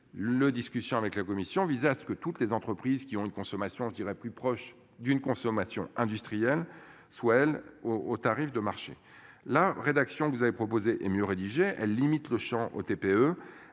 Le discussion avec la Commission vise à ce que toutes les entreprises qui ont une consommation je dirais plus proche d'une consommation industrielle soit-elle au au tarif de marché la rédaction vous avez proposé est mieux rédigé limite le Champ aux TPE